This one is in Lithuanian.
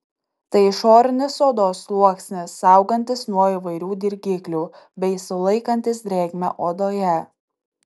tai išorinis odos sluoksnis saugantis nuo įvairių dirgiklių bei sulaikantis drėgmę odoje